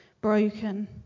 broken